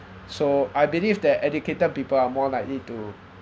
so I believe that educated people are more likely to